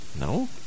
No